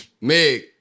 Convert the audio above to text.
Meg